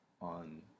on